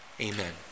Amen